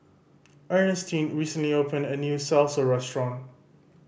Earnestine recently opened a new Salsa Restaurant